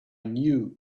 knew